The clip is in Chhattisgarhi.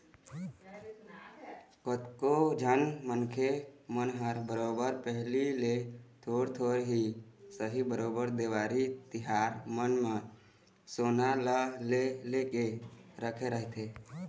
कतको झन मनखे मन ह बरोबर पहिली ले थोर थोर ही सही बरोबर देवारी तिहार मन म सोना ल ले लेके रखे रहिथे